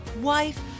wife